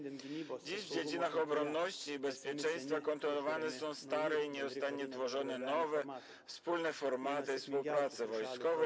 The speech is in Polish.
Dziś w dziedzinach obronności i bezpieczeństwa kontrolowane są stare i nieustannie tworzone są nowe wspólne formaty współpracy wojskowej.